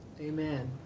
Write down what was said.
Amen